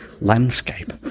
landscape